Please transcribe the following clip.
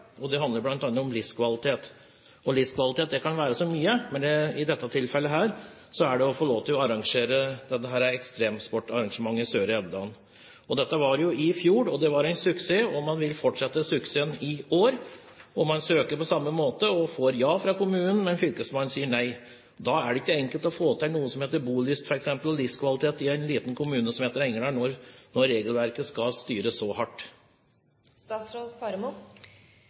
og det handler bl.a. om livskvalitet. Livskvalitet kan være så mye, men i dette tilfellet er det å få lov til å arrangere ekstremsportarrangementet i Søre Elvedalen. Det ble arrangert i fjor, og det var en suksess, og man vil fortsette suksessen i år. Man søker på samme måte og får ja fra kommunen, men fylkesmannen sier nei. Det er ikke enkelt å få til noe som heter f.eks. bolyst og livskvalitet i en liten kommune som heter Engerdal, når regelverket skal styres så